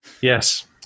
Yes